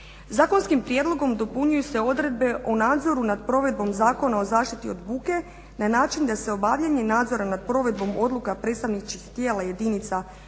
Zakonskim prijedlogom dopunjuju se odredbe o nadzoru nad provedbom Zakona o zaštiti od buke na način da se obavljanje i nadzor nad provedbom odluka predstavničkih tijela jedinica